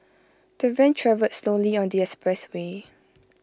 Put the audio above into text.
the van travelled slowly on the expressway